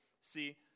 see